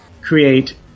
create